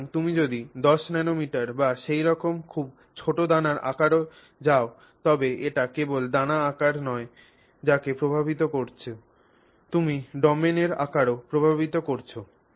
সুতরাং তুমি যদি 10 ন্যানোমিটার বা সেইরকম খুব ছোট দানার আকারে যাও তবে এটি কেবল দানা আকার নয় যাকে প্রভাবিত করছ তুমি ডোমেনের আকারকেও প্রভাবিত করছ